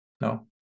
no